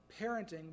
Parenting